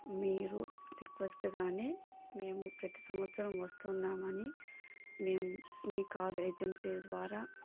మీరు రిక్వెస్ట్గానే మేము ప్రతీ సంవత్సరం వస్తున్నామని మేము మీ కారు ఏజెన్సీస్ ద్వారా